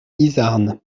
izarn